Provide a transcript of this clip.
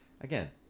again